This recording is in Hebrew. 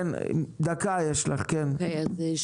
דקה יש לך, בבקשה.